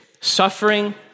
Suffering